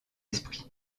esprits